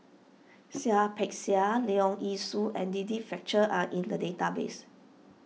Seah Peck Seah Leong Yee Soo and Denise Fletcher are in the database